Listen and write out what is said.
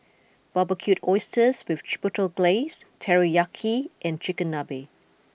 Barbecued Oysters with Chipotle Glaze Teriyaki and Chigenabe